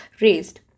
raised